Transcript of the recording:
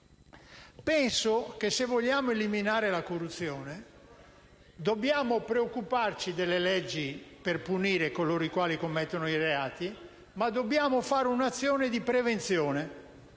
Penso che se vogliamo eliminare la corruzione dobbiamo preoccuparci delle leggi per punire coloro i quali commettono i reati, ma dobbiamo porre in essere anche un'azione di prevenzione.